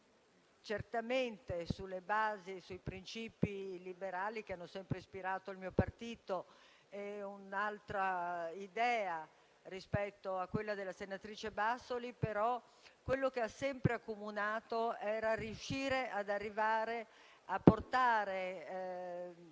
di sanità basato sui principi liberali che hanno sempre ispirato il mio partito era un'altra idea rispetto a quella della senatrice Bassoli. Quello, però, che ci ha sempre accomunato era riuscire ad arrivare a portare